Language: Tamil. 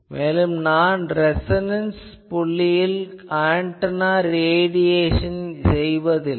மேலும் நான் ரேசொனன்ட் புள்ளியில் ஆன்டெனா ரேடியேசன் செய்வதில்லை